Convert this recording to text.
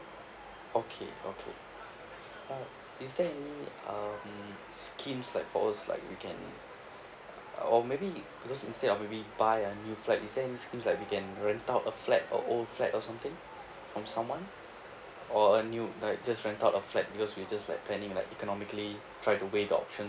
okay okay uh is there any um schemes like for us like we can or maybe because instead of maybe buy a new flats is there any schemes like we can rent out a flat a old flat or something from someone or a new like just rent out a flat because we just like planning like economically try to weigh the option